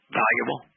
valuable